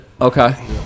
Okay